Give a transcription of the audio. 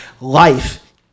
life